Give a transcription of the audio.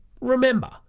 remember